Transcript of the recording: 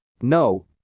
No